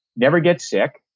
never get sick,